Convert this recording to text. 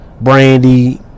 Brandy